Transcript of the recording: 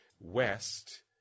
west